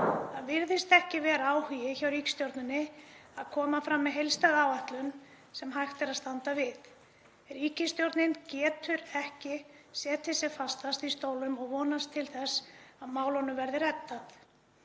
Það virðist ekki vera áhugi hjá ríkisstjórninni að koma fram með heildstæða áætlun sem hægt er að standa við. Ríkisstjórnin getur ekki setið sem fastast í stólunum og vonast til þess að málunum verði reddað.